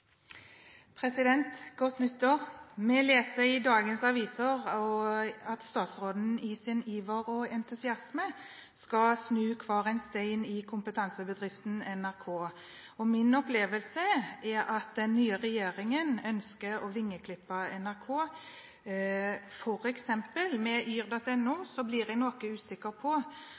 Godt nyttår! Vi leser i dagens aviser at statsråden i sin iver og entusiasme skal snu hver en stein i kompetansebedriften NRK. Min opplevelse er at den nye regjeringen ønsker å vingeklippe NRK. Når det gjelder f.eks. yr.no, blir jeg noe usikker på